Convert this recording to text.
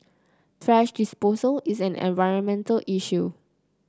thrash disposal is an environmental issue